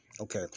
Okay